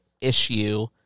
issue